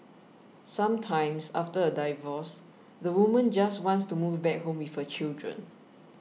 sometimes after a divorce the woman just wants to move back home with her children